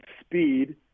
speed